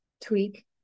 tweak